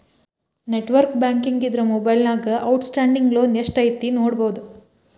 network banking ಇದ್ರ ಮೊಬೈಲ್ನ್ಯಾಗ outstanding loan ಎಷ್ಟ್ ಐತಿ ನೋಡಬೋದು